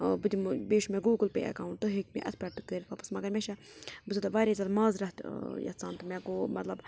ٲں بہٕ دِمہِ ہو بیٚیہِ چھُ مےٚ گوٗگل پِے ایٚکاوُنٛٹ تُہۍ ہیٚکِو مےٚ اَتھ پؠٹھ تہِ کٔرِتھ واپَس مگر مےٚ چھےٚ بہٕ چھےٚ سو تۄہہِ واریاہ زیادٕ ماضرَت یژھان تۄہہِ مےٚ گوٚو مَطلَب